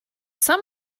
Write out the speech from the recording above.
some